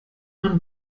man